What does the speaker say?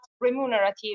remunerative